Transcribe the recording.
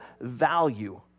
value